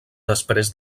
després